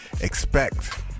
expect